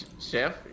Chef